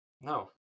No